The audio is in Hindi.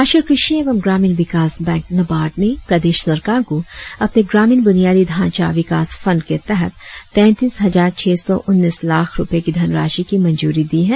राष्ट्रीय क्रषि एवं ग्रामीण विकास बैंक नाबार्ड ने प्रदेश सरकार को अपने ग्रामीण ब्रनियादी ढांचा विकास फंड के तहत तेंतीस हजार छ सौ उन्नीस लाख रुपए की धनराशी की मंजूरी दी है